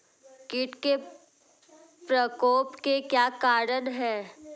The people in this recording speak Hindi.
कीट के प्रकोप के क्या कारण हैं?